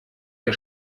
der